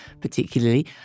particularly